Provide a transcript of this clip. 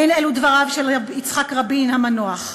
אין אלו דבריו של יצחק רבין המנוח,